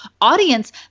audience